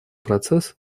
процесс